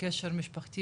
קשר משפחתי,